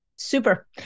Super